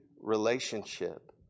relationship